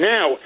Now